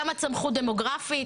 כמה צמחו דמוגרפית.